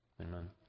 Amen